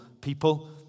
people